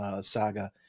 saga